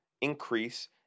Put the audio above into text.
increase